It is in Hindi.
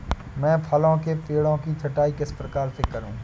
मैं फलों के पेड़ की छटाई किस प्रकार से करूं?